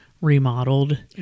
remodeled